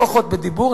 לפחות בדיבור,